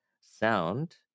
sound